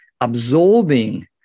absorbing